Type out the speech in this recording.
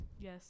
yes